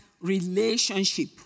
relationship